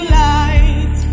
light